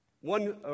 One